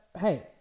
hey